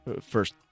first